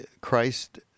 Christ